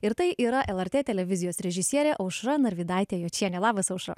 ir tai yra lrt televizijos režisierė aušra narvydaitė jočienė labas aušra